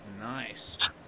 Nice